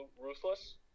ruthless